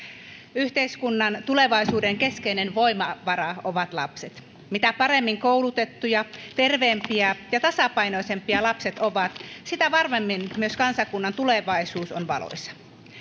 yhteiskunnan tulevaisuuden keskeinen voimavara ovat lapset mitä paremmin koulutettuja terveempiä ja tasapainoisempia lapset ovat sitä varmemmin myös kansakunnan tulevaisuus on valoisa